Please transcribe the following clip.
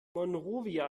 monrovia